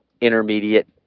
intermediate